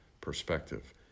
perspective